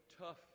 tough